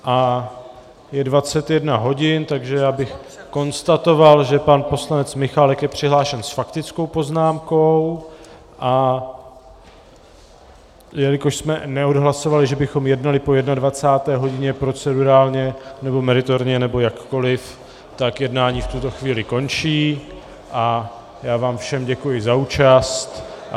A je 21 hodin, takže já bych konstatoval, že pan poslanec Michálek je přihlášen s faktickou poznámkou, a jelikož jsme neodhlasovali, že bychom jednali po 21. hodině, procedurálně nebo meritorně nebo jakkoliv, tak jednání v tuto chvíli končí a já vám všem děkuji za účast.